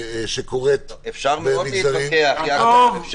אפשר להתווכח מאוד, יעקב.